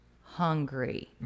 hungry